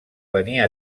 venia